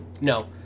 No